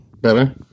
Better